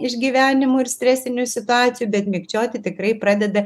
išgyvenimų ir stresinių situacijų bet mikčioti tikrai pradeda